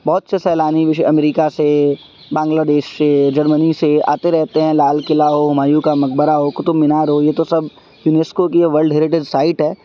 بہت سے سیلانی وشے امریکہ سے بنگلہ دیش سے جرمنی سے آتے رہتے ہیں لال قلعہ ہمایوں کا مقبرہ ہو قطب مینار ہو یہ تو سب ینویسکو کی یہ ورلڈ ہیریٹیج سائٹ ہے